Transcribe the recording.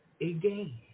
again